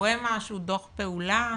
כשקורה משהו, דו"ח פעולה?